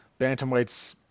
Bantamweight's